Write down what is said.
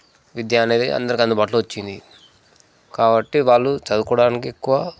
విద్య అనేది అందరికందుబాటులో వచ్చింది కాబట్టి వాళ్ళు చదువుకోవడానికి ఎక్కువ